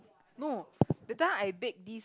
no that time I bake this